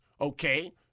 okay